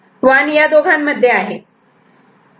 D 1 या दोघांमध्ये आहे